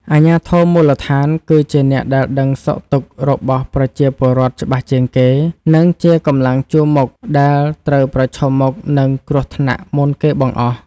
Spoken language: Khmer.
អាជ្ញាធរមូលដ្ឋានគឺជាអ្នកដែលដឹងសុខទុក្ខរបស់ប្រជាពលរដ្ឋច្បាស់ជាងគេ និងជាកម្លាំងជួរមុខដែលត្រូវប្រឈមមុខនឹងគ្រោះថ្នាក់មុនគេបង្អស់។